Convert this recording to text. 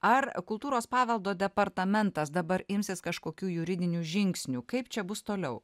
ar kultūros paveldo departamentas dabar imsis kažkokių juridinių žingsnių kaip čia bus toliau